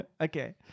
Okay